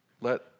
let